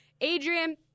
Adrian